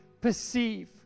perceive